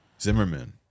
zimmerman